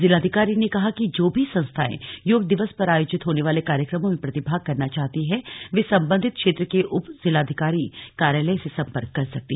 जिलाधिकारी ने कहा कि जो भी संस्थाएं योग दिवस पर आयोजित होने वाले कार्यक्रम कें प्रतिभाग करना चाहती हैं वे सम्बन्धित क्षेत्र के उप जिलाधिकारी कार्यालय से सम्पर्क कर सकती हैं